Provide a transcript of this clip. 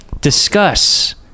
Discuss